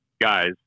guys